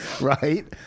Right